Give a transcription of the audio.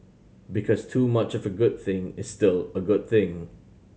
because too much of a good thing is still a good thing